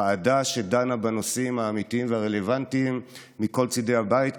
ועדה שדנה בנושאים האמיתיים והרלוונטיים מכל צידי הבית,